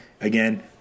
again